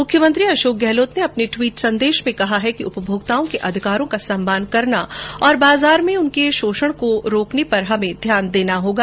मुख्यमंत्री अशोक गहलोत ने अपने ट्वीट संदेश में कहा है कि उपभोक्ताओं के अधिकारों का सम्मान करना और बाजार में उनके शोषण को रोकने पर हमे ध्यान देना होगा